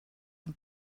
von